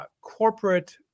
corporate